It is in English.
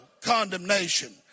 condemnation